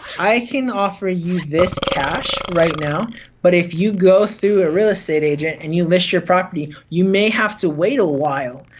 i can offer you this cash right now but if you go through a real estate agent and you list your property, you may have to wait a while,